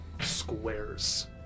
squares